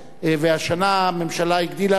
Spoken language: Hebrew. והשנה הממשלה הגדילה לעשות,